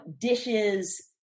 dishes